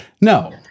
No